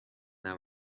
now